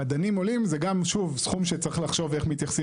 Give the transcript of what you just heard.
מדענים עולים זה גם סכום שצריך לחשוב איך מתייחסים